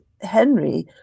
Henry